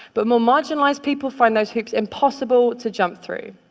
but more marginalized people find those hoops impossible to jump through.